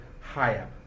higher